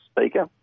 speaker